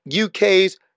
UK's